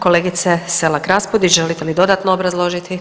Kolegice Selak Raspudić želite li dodatno obrazložiti?